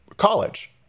College